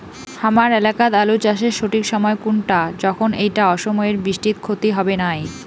হামার এলাকাত আলু চাষের সঠিক সময় কুনটা যখন এইটা অসময়ের বৃষ্টিত ক্ষতি হবে নাই?